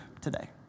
today